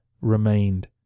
remained